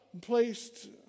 placed